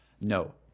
no